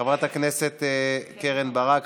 חברת הכנסת קרן ברק,